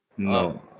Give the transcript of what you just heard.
No